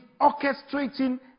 orchestrating